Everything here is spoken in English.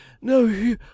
no